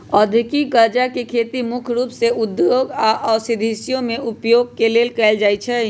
औद्योगिक गञ्जा के खेती मुख्य रूप से उद्योगों या औषधियों में उपयोग के लेल कएल जाइ छइ